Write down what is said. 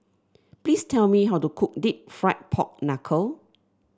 please tell me how to cook deep fried Pork Knuckle